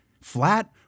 flat